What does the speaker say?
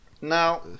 Now